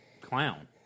clown